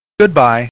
Goodbye